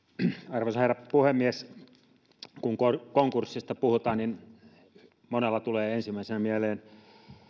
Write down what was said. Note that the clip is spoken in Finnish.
arvoisa herra puhemies kun konkurssista puhutaan niin monella tulee ensimmäisenä mieleen